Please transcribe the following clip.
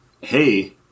hey